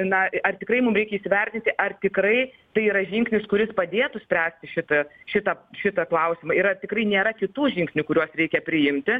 na ar tikrai mum reikia įsivertinti ar tikrai tai yra žingsnis kuris padėtų spręsti šitą šitą šitą klausimą ir ar tikrai nėra kitų žingsnių kuriuos reikia priimti